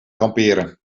kamperen